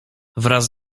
wraz